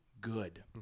good